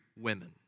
women